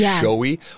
showy